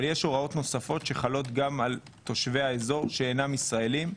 אבל יש הוראות נוספות שחלות גם על תושבי האזור שאינם ישראלים.